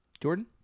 Jordan